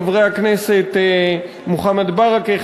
חברי הכנסת מוחמד ברכה,